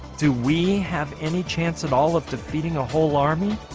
do we have any chance at all of defeating a whole army?